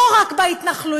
לא רק בהתנחלויות,